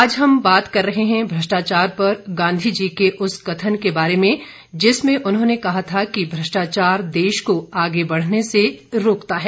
आज हम बात कर रहे हैं भ्रष्टाचार पर गांधीजी के उस कथन के बारे में जिसमें उन्होंने कहा था कि भ्रष्टाचार देश को आगे बढ़ने से रोकता है